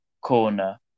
corner